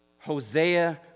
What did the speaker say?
Hosea